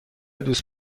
دوست